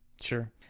Sure